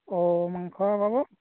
অঁ মাংস পাব